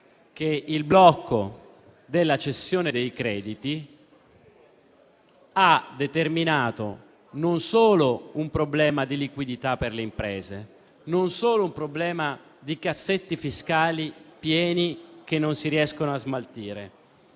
il blocco della cessione dei crediti ha determinato non solo un problema di liquidità per le imprese e non solo un problema di cassetti fiscali pieni che non si riescono a smaltire,